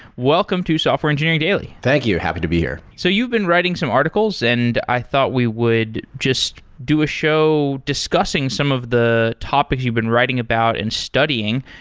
welcome to software engineering daily thank you. happy to be here. so you've been writing some articles, and i thought we would just do a show discussing some of the topics you've been writing about and studying,